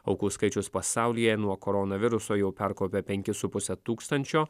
aukų skaičius pasaulyje nuo koronaviruso jau perkopė penkis su puse tūkstančio